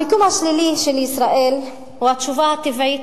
המיקום השלילי של ישראל הוא התשובה הטבעית,